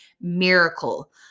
miracle